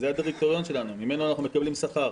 זה הדירקטוריון שלנו, ממנו אנחנו מקבלים שכר,